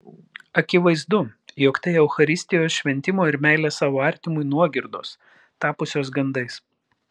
akivaizdu jog tai eucharistijos šventimo ir meilės savo artimui nuogirdos tapusios gandais